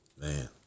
Man